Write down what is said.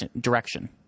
direction